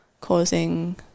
causing